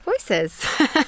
voices